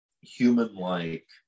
human-like